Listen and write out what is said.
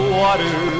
water